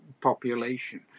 population